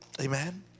Amen